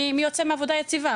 מי יוצא מעבודה יציבה,